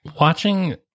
Watching